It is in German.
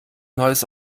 neues